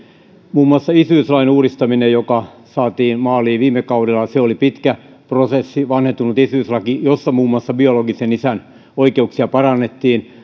muun muassa isyyslain uudistaminen joka saatiin maaliin viime kaudella oli pitkä prosessi vanhentunut isyyslaki jossa muun muassa biologisen isän oikeuksia parannettiin